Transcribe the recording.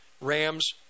rams